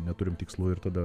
neturim tikslų ir tada